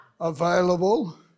available